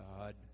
God